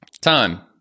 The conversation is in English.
time